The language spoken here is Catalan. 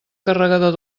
carregador